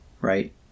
right